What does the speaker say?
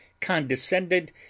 condescended